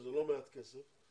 שזה לא מעט כסף,